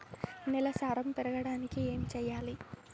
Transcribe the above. నేల సారం పెరగడానికి ఏం చేయాలి?